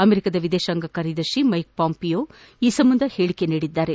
ಅಮೆರಿಕಾದ ವಿದೇಶಾಂಗ ಕಾರ್ಯದರ್ತಿ ಮ್ಲೆಕ್ ಪಾಂಪಿಯೋ ಈ ಸಂಬಂಧ ಹೇಳಿಕೆಯೊಂದನ್ನು ನೀಡಿದ್ದು